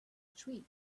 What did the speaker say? treat